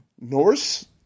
Norse